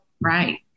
Right